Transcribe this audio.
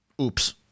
Oops